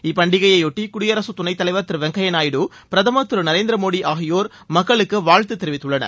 இப்பண்டிகையை ஒட்டி குடியரசுத்துணைத்தலைவர் திரு வெங்கய்யா நாயுடு பிரதமர் திரு நரேந்திரமோடி ஆகியோர் மக்களுக்கு வாழ்த்து தெரிவித்துள்ளனர்